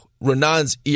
Renan's